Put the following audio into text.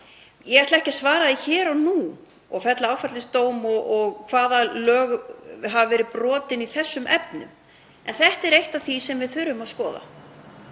Ég ætla ekki að svara því hér og nú og fella áfellisdóm um það hvaða lög hafi verið brotin í þessum efnum. En þetta er eitt af því sem við þurfum að skoða.